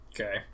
Okay